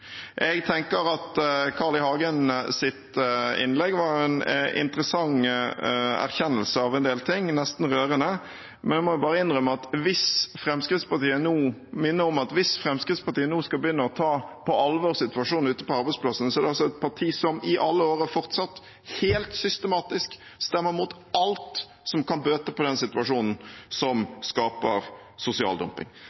Carl I. Hagens innlegg var en interessant erkjennelse av en del ting – nesten rørende – men jeg må bare minne om, hvis Fremskrittspartiet nå skal begynne å ta på alvor situasjonen ute på arbeidsplassene, at det er et parti som i alle år, og fortsatt, helt systematisk stemmer imot alt som kan bøte på den situasjonen